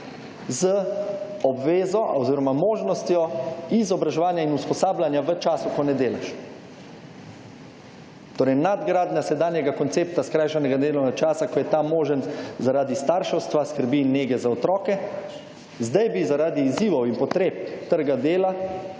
z obvezo oziroma možnostjo izobraževanja in usposabljanja v času, ko ne delaš. Torej, nadgradnja sedanjega koncepta skrajšanega delovnega časa, ko je ta možen zaradi starševstva, skrbi in nege za otroke. Zdaj bi zaradi izzivov in potreb trga dela